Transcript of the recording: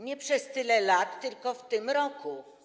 Nie przez tyle lat, tylko w tym roku.